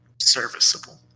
serviceable